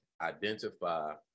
identify